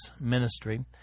ministry